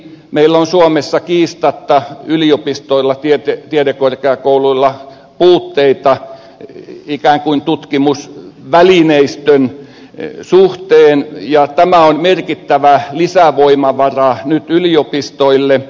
meillä on suomessa kiistatta yliopistoilla tiedekorkeakouluilla puutteita ikään kuin tutkimusvälineistön suhteen ja tämä on merkittävä lisävoimavara nyt yliopistoille